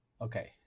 okay